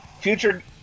Future